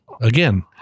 again